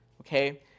Okay